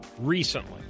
Recently